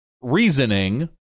reasoning